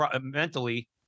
mentally